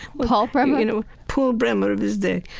paul bremer? you know, paul bremer of his day.